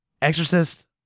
Exorcist